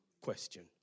question